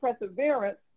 perseverance